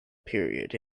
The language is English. period